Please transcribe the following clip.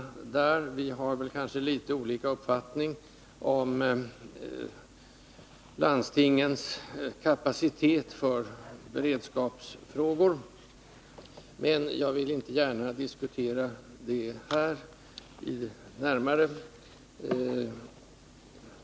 Statsrådet Holm och jag har kanske litet olika uppfattning om landstingens kapacitet för beredskapsfrågor, men jag vill här inte gärna närmare diskutera det.